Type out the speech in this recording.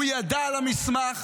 הוא ידע על המסמך,